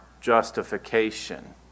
justification